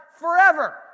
forever